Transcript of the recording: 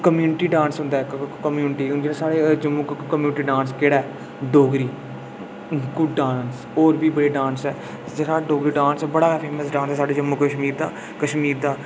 कम्यूलिटी dance होंदा इक community होंदी ना साढ़े जम्मू दा कम्युनिटी डांस केह्ड़ा ऐ डोगरी कुड्ड डांस होर बी बड़े सारे डांस ऐ जेह्ड़ा डोगरी डांस ऐ बड़ा फेमस डांस ऐ साढ़े जम्मू कश्मीर दा कश्मीर दा